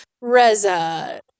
Reza